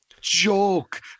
joke